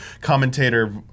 commentator